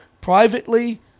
privately